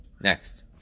Next